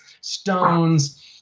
Stones